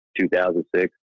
2006